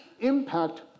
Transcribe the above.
impact